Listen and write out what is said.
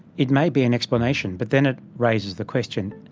it may be an explanation, but then it raises the question,